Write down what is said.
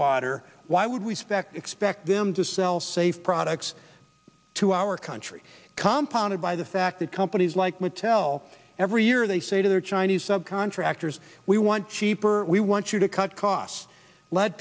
water why would we spec expect them to sell safe products to our country compound by the fact that companies like mattel every year they say to their chinese subcontractors we want cheaper we want you to cut costs lead